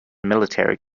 military